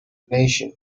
indonesian